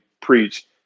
preach